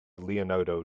leonardo